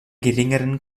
geringeren